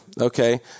okay